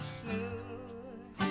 smooth